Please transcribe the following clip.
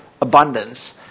abundance